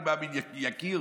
אני מאמין שיכיר,